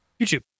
YouTube